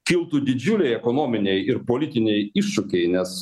kiltų didžiuliai ekonominiai ir politiniai iššūkiai nes